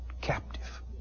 captive